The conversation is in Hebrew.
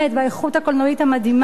והאיכות הקולנועית המדהימה,